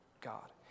God